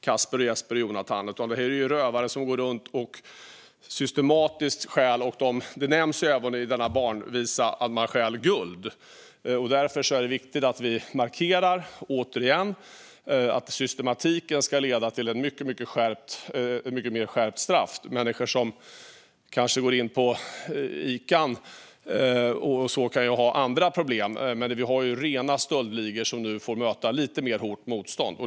De går runt och stjäl systematiskt, och det nämns även i denna barnvisa att de stjäl guld. Det är viktigt, återigen, att vi markerar att systematiken ska leda till ett mycket mer skärpt straff. Människor som går in på Ica och stjäl kanske har andra problem, men vi har också rena stöldligor som nu får möta lite hårdare motstånd.